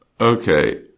okay